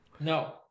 No